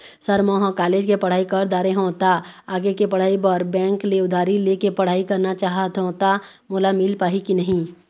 Sir म ह college के पढ़ाई कर दारें हों ता आगे के पढ़ाई बर बैंक ले उधारी ले के पढ़ाई करना चाहत हों ता मोला मील पाही की नहीं?